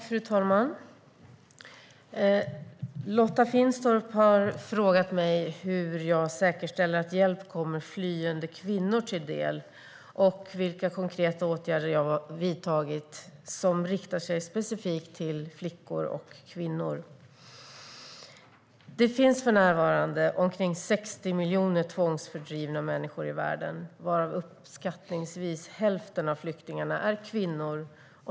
Fru talman! Lotta Finstorp har frågat mig hur jag säkerställer att hjälp kommer flyende kvinnor till del och vilka konkreta åtgärder jag har vidtagit som riktas specifikt till flickor och kvinnor. Det finns för närvarande omkring 60 miljoner tvångsfördrivna människor i världen. Uppskattningsvis hälften av flyktingarna är kvinnor.